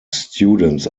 students